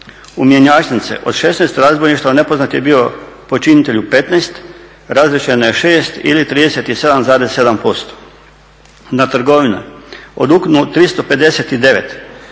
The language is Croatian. U mjenjačnice, od 16 razbojništava nepoznati je bio počinitelj u 15, razriješeno je 6 ili 37,7%. Na trgovine, od ukupno 359